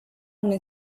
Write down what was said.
una